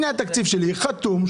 הנה התקציב שלי חתום,